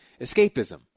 Escapism